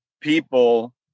people